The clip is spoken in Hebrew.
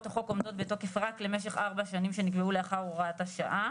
החוק עומדות בתוקף רק למשך ארבע השנים שנקבעו לאחר הוראת השעה